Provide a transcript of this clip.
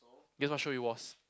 guess what show it was